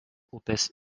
upės